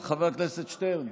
מוותר, חבר הכנסת שטרן,